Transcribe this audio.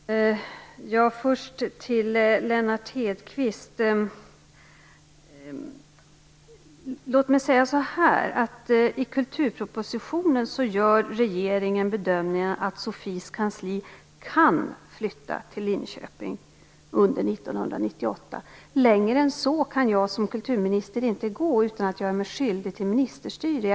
Fru talman! Jag vill först vända mig till Lennart Hedquist. Låt mig säga så här: I kulturpropositionen gör regeringen bedömningen att SOFI:s kansli kan flytta till Linköping under 1998. Längre än så kan jag som kulturminister inte gå utan att göra mig skyldig till ministerstyre.